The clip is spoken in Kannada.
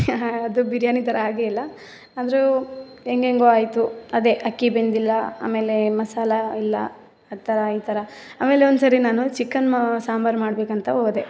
ಅದು ಬಿರಿಯಾನಿ ಥರ ಆಗೇ ಇಲ್ಲ ಆದರೂ ಹೆಂಗೆಂಗೋ ಆಯಿತು ಅದೇ ಅಕ್ಕಿ ಬೆಂದಿಲ್ಲ ಆಮೇಲೆ ಮಸಾಲ ಇಲ್ಲ ಅ ಥರ ಈ ಥರ ಆಮೇಲೆ ಒಂದು ಸರಿ ನಾನು ಚಿಕನ್ ಮಾ ಸಾಂಬಾರು ಮಾಡಬೇಕಂತ ಹೋದೆ